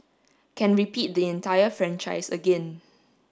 can repeat the entire franchise again